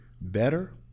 better